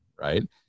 right